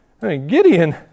Gideon